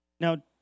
Now